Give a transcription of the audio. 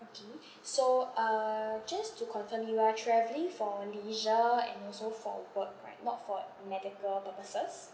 okay so uh just to confirm you are travelling for leisure and also for work right not for medical purposes